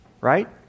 Right